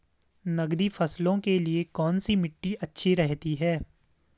नकदी फसलों के लिए कौन सी मिट्टी अच्छी रहती है?